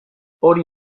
hori